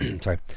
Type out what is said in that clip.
Sorry